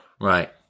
Right